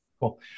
Cool